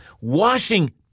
washing